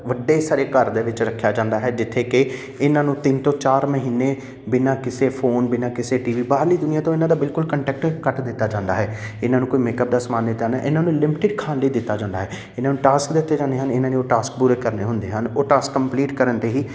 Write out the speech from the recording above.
ਵੱਡੇ ਸਾਰੇ ਘਰ ਦੇ ਵਿੱਚ ਰੱਖਿਆ ਜਾਂਦਾ ਹੈ ਜਿੱਥੇ ਕਿ ਇਹਨਾਂ ਨੂੰ ਤਿੰਨ ਤੋਂ ਚਾਰ ਮਹੀਨੇ ਬਿਨਾਂ ਕਿਸੇ ਫੋਨ ਬਿਨਾਂ ਕਿਸੇ ਟੀਵੀ ਬਾਹਰਲੀ ਦੁਨੀਆਂ ਤੋਂ ਇਹਨਾਂ ਦਾ ਬਿਲਕੁਲ ਕੰਟੈਕਟ ਕੱਟ ਦਿੱਤਾ ਜਾਂਦਾ ਹੈ ਇਹਨਾਂ ਨੂੰ ਕੋਈ ਮੇਕਅਪ ਦਾ ਸਮਾਨ ਨਹੀਂ ਇਹਨਾਂ ਨੂੰ ਲਿਮਿਟਿਡ ਖਾਣ ਲਈ ਦਿੱਤਾ ਜਾਂਦਾ ਹੈ ਇਹਨਾਂ ਨੂੰ ਟਾਸਕ ਦਿੱਤੇ ਜਾਂਦੇ ਹਨ ਇਹਨਾਂ ਨੇ ਉਹ ਟਾਸਕ ਪੂਰੇ ਕਰਨੇ ਹੁੰਦੇ ਹਨ ਉਹ ਟਾਸਕ ਕੰਪਲੀਟ ਕਰਨ 'ਤੇ ਹੀ